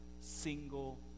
single